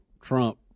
Trump